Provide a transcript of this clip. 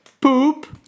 poop